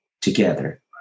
together